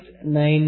98 0